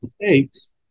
mistakes